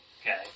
Okay